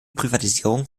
privatisierung